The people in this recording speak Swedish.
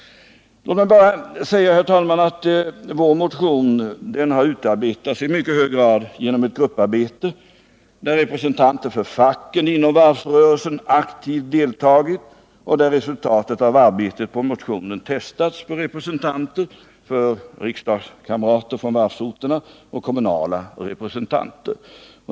Låt mig bara säga, herr talman, att vår motion har utarbetats i mycket hög grad genom ett grupparbete, där representanter för facken inom varvsrörelsen aktivt deltagit, och resultatet av arbetet med motionen har testats på riksdagskamrater från varvsorterna och kommunala representanter.